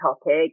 topic